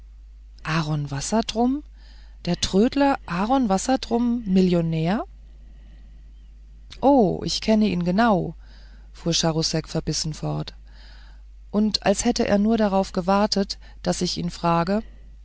wassertrum der trödler aaron wassertrum millionär oh ich kenne ihn genau fuhr charousek verbissen fort und als hätte er nur darauf gewartet daß ich ihn frage